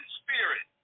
spirit